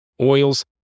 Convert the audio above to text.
oils